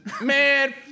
man